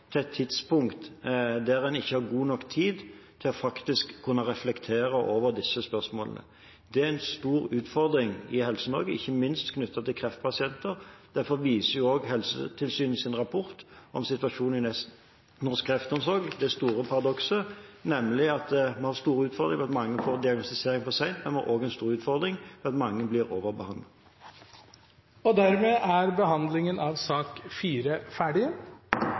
til et tidspunkt der en ikke har god nok tid til faktisk å kunne reflektere over disse spørsmålene, er en stor utfordring i Helse-Norge, ikke minst knyttet til kreftpasienter. Derfor viser også Helsetilsynets rapport om situasjonen i norsk kreftomsorg dette store paradokset, nemlig at vi har store utfordringer ved at mange får diagnostisering for sent, men at vi også har en stor utfordring ved at mange blir overbehandlet. Dermed er debatten i sak nr. 4 ferdig.